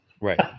Right